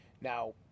Now